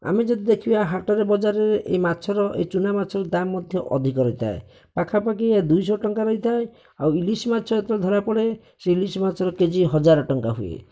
ଆମେ ଯଦି ଦେଖିବା ହାଟରେ ବଜାରରେ ଏହି ମାଛର ଏଇ ଚୁନା ମାଛର ଦାମ ମଧ୍ୟ ଅଧିକ ରହିଥାଏ ପାଖାପାଖି ଏଇ ଦୁଇଶହ ଟଙ୍କା ରହିଥାଏ ଆଉ ଇଲିଶି ମାଛ ଯେତେବେଳେ ଧରାପଡ଼େ ସେ ଇଲିଶି ମାଛର କେଜି ହଜାର ଟଙ୍କା ହୁଏ